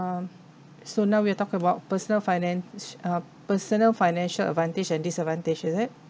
um so now we'll talk about personal finance uh personal financial advantage and disadvantage is it